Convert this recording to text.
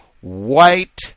white